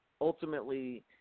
ultimately